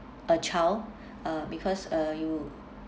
a child uh because uh you